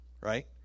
right